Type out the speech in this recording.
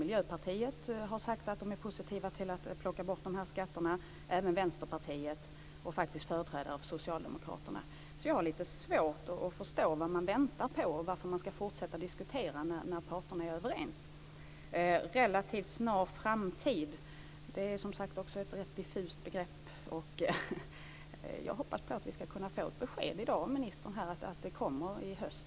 Miljöpartiet har sagt att de är positiva till att plocka bort de här skatterna. Det har även Vänsterpartiet gjort, och faktiskt också företrädare för Socialdemokraterna. Därför har jag lite svårt att förstå vad man väntar på och varför man skall fortsätta att diskutera när parterna är överens. En relativt snar framtid är också ett ganska diffust begrepp. Jag hoppas att vi skall kunna få ett besked av ministern här i dag att det kommer i höst.